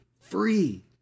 free